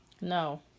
no